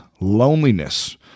loneliness